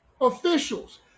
officials